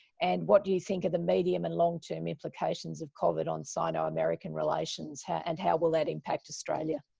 and what do you think are the medium and long-term implications of covid on sino-american relations? and how will that impact australia?